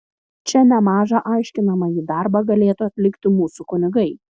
čia nemažą aiškinamąjį darbą galėtų atlikti mūsų kunigai